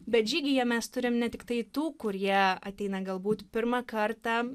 bet žygyje mes turim ne tiktai tų kurie ateina galbūt pirmą kartą